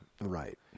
Right